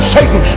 Satan